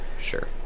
Sure